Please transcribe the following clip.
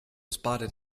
spotted